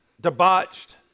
debauched